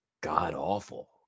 god-awful